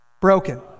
Broken